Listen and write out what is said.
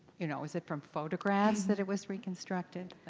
you know, is it from photographs that it was reconstructed?